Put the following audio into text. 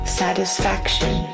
satisfaction